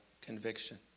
conviction